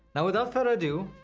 now without further ado,